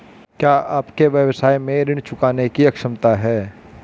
क्या आपके व्यवसाय में ऋण चुकाने की क्षमता है?